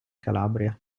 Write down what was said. calabria